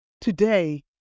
Today